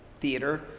theater